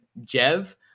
Jev